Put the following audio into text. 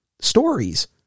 stories